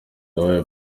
wabaye